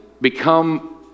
become